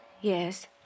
Yes